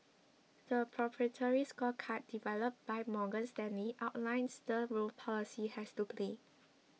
the proprietary scorecard developed by Morgan Stanley outlines the role policy has to play